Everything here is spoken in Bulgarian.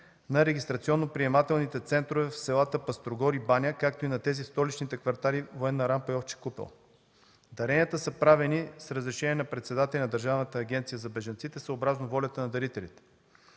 на регистрационно-приемателните центрове в селата Пъстрогор и Баня, както и на тези в столичните квартали „Военна рамка” и „Овча купел”. Даренията са правени с разрешение на председателя на Държавната агенция за бежанците съобразно волята на дарителя.